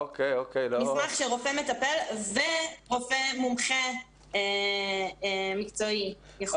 מסמך של רופא מטפל ורופא מומחה מקצועי ביחד.